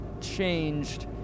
changed